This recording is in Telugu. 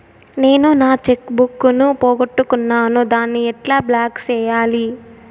నేను నా చెక్కు బుక్ ను పోగొట్టుకున్నాను దాన్ని ఎట్లా బ్లాక్ సేయాలి?